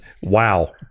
wow